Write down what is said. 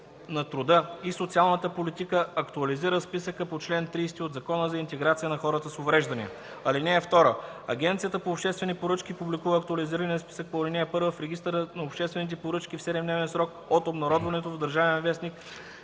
министъра на труда и социалната политика актуализира списъка по чл. 30 от Закона за интеграция на хората с увреждания. (2) Агенцията по обществени поръчки публикува актуализирания списък по ал. 1 в Регистъра на обществените поръчки в 7-дневен срок от обнародването му в „Държавен вестник”